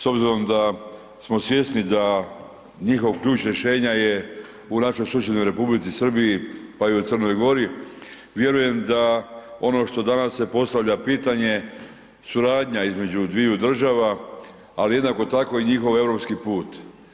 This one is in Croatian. S obzirom da smo svjesni da njihov ključ rješenja je u našoj susjednoj Republici Srbiji pa i Crnoj Gori, vjerujem da ono što danas se postavlja pitanje, suradnja između dviju država ali jednako tako i njihov europski put.